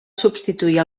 substituir